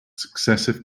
successive